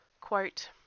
Quote